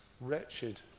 wretched